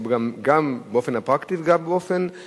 גם באופן הפרקטי וגם במסר.